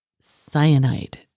Cyanide